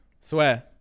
Swear